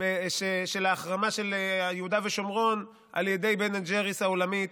של החרמה של יהודה ושומרון על ידי בן אנד ג'ריס העולמית,